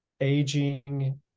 aging